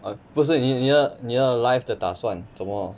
不是你你的你的 life 的打算怎么